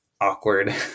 awkward